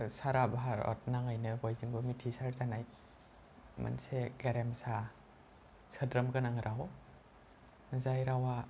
सारा भारत नाङैनो बयजोंबो मिथिसार जानाय मोनसे गेरेमसा सोद्रोम गोनां राव जाय रावा